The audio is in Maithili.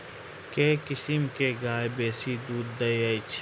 केँ किसिम केँ गाय बेसी दुध दइ अछि?